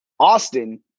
Austin